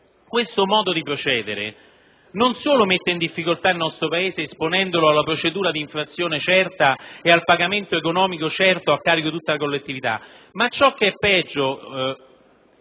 Questo modo di procedere non solo mette in difficoltà il nostro Paese esponendolo alla procedura di infrazione certa e al pagamento economico certo, a carico di tutta la collettività, ma, ciò che è peggio